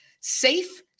Safe